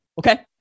Okay